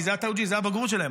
כי זה התאוג'יהי, זה הבגרות שלהם.